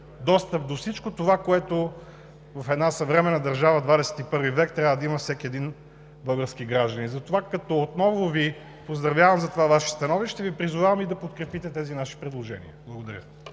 достъп до всичко това, което в една съвременна държава в XXI век трябва да има всеки един български гражданин. Отново Ви поздравявам за това Ваше становище и Ви призовавам да подкрепите тези наши предложения. Благодаря.